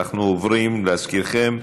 אנחנו עוברים, להזכירכם,